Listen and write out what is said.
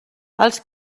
els